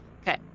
okay